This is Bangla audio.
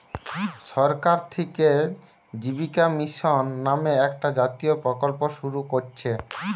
সরকার থিকে জীবিকা মিশন নামে একটা জাতীয় প্রকল্প শুরু কোরছে